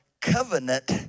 covenant